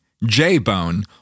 J-Bone